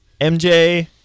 MJ